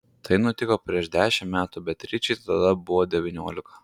tai nutiko prieš dešimt metų beatričei tada buvo devyniolika